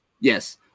Yes